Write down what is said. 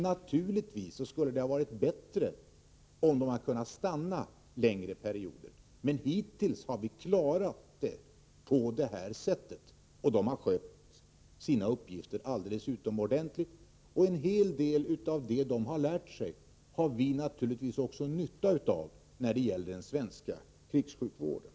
Naturligtvis skulle det ha varit bättre om läkarna hade kunnat stanna längre perioder. Men hittills har vi klarat situationen på detta sätt. Läkarna har skött sina uppgifter utomordentligt bra, och en hel del av det som läkarna har lärt sig har vi naturligtvis också nytta av när det gäller den svenska krigssjukvården.